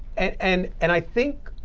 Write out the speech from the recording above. and and i think